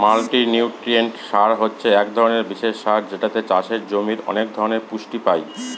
multinutrient সার হছে এক ধরনের বিশেষ সার যেটাতে চাষের জমির অনেক ধরনের পুষ্টি পাই